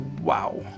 Wow